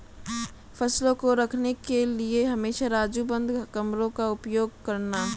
फसलों को रखने के लिए हमेशा राजू बंद कमरों का उपयोग करना